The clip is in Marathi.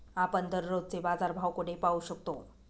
आपण दररोजचे बाजारभाव कोठे पाहू शकतो?